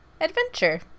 adventure